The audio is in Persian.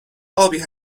ابی